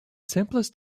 simplest